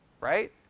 right